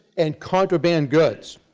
and contraband goods.